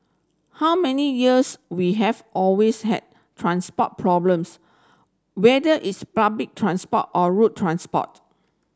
how many years we have always had transport problems whether it's public transport or road transport